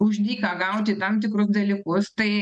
už dyką gauti tam tikrus dalykus tai